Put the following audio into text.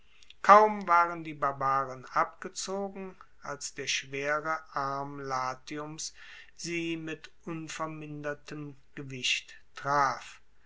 kaum waren die barbaren abgezogen als der schwere arm latiums sie mit unvermindertem gewicht traf